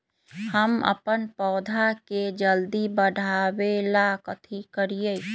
हम अपन पौधा के जल्दी बाढ़आवेला कथि करिए?